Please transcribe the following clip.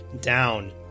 down